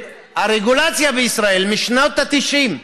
הרגולציה בישראל, משנות ה-90,